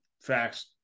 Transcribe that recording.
Facts